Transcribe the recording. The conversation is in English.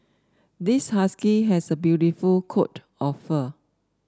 this husky has a beautiful coat of fur